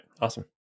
Awesome